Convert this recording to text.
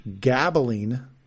gabbling